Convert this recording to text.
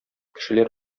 кешеләр